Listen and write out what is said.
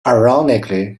ironically